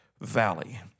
valley